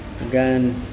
again